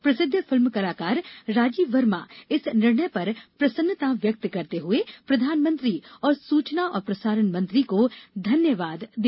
प्रसिद्ध फिल्म कलाकार राजीव वर्मा इस निर्णय पर प्रसन्नता व्यक्त करते हुए प्रधानमंत्री और सूचना और प्रसारण मंत्री को धन्यवाद दिया